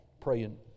praying